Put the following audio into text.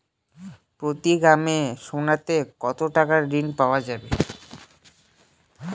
প্রতি গ্রাম সোনাতে কত টাকা ঋণ পাওয়া যাবে?